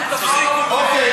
אוקיי,